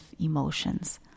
emotions